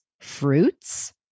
fruits